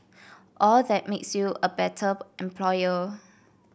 all that makes you a better employer